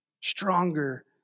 stronger